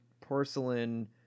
porcelain